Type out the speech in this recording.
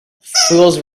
fools